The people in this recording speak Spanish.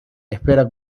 espera